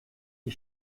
die